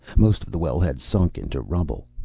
most of the well had sunk into rubble.